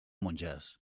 monges